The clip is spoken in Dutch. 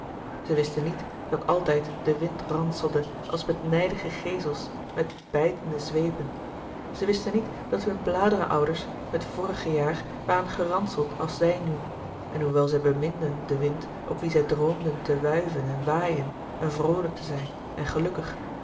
zij wisten niet dat altijd de wind louis couperus de boeken der kleine zielen ranselde als met nijdige geesels met bijtende zweepen zij wisten niet dat hun bladeren ouders het vorige jaar waren geranseld als zij nu en hoewel zij beminden den wind op wien zij droomden te wuiven en waaien en vroolijk te zijn en gelukkig